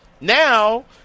Now